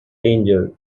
danger